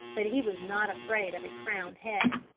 but he was not afraid of a crowned head.